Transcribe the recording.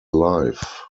life